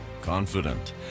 Confident